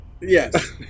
Yes